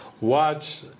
watch